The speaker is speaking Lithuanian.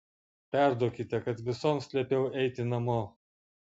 perduokite kad visoms liepiau eiti namo